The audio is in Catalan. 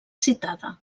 citada